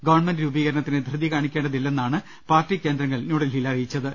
government രൂപീകരണത്തിന് ധൃതി കാണിക്കേണ്ടതില്ലെന്നാണ് പാർട്ടി കേന്ദ്രങ്ങൾ ന്യൂഡൽഹിയിൽ അറിയിച്ചത്